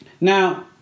Now